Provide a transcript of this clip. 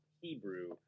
Hebrew